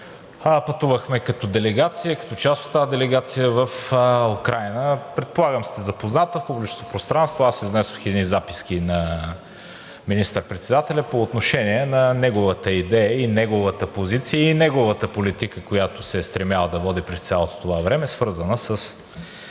пътувахме като част от тази делегация в Украйна. Предполагам сте запозната, в публичното пространство изнесох едни записки на министър-председателя по отношение на неговата идея и неговата позиция и неговата политика, която се е стремял да води през цялото това време, свързана с